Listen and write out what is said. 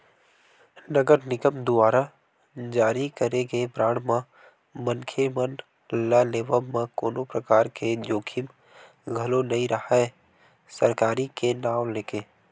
नगर निगम दुवारा जारी करे गे बांड म मनखे मन ल लेवब म कोनो परकार के जोखिम घलो नइ राहय सरकारी के नांव लेके